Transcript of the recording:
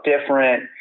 different